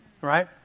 right